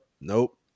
nope